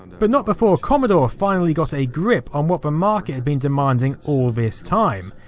but not before commodore finally got a grip on what the market had been demanding all this time.